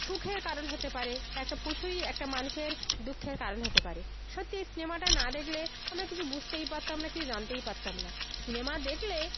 সুখের কারণ হতে পারে একটা পশুই একটা মানুষের দুঃখের কারণ হতে পারে সত্যি এই সিনেমাটা না দেখলে আমরা কিছু বুঝতেই পারতাম না কিছু জানতেই পারতাম না সিনেমা দেখলে